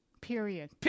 Period